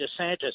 DeSantis